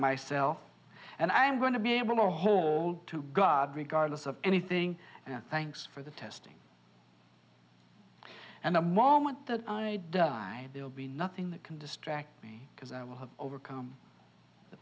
myself and i'm going to be able to hold to god regardless of anything thanks for the testing and the moment that i die there will be nothing that can distract me because i will have overcome the